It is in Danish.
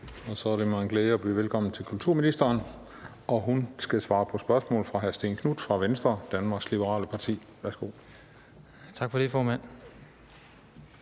Så er det mig en glæde at byde velkommen til kulturministeren. Hun skal svare på spørgsmål fra hr. Stén Knuth fra Venstre, Danmarks Liberale Parti. Kl. 20:29 Spm. nr.